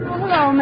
hello